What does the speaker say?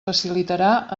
facilitarà